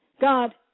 God